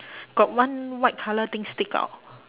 got one white colour thing stick out